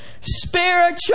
spiritual